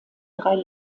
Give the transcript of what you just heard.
drei